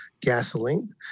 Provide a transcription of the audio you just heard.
Gasoline